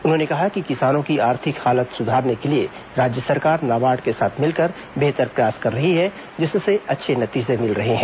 उन्होंने कहा कि किसानों की आर्थिक हालत सुधारने के लिए राज्य सरकार नाबार्ड के साथ मिलकर बेहतर प्रयास कर रही है जिससे अच्छे नतीजे मिल रहे हैं